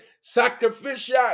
sacrificial